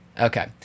Okay